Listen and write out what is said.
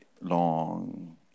long